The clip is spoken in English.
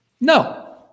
No